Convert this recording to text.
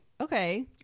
okay